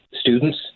students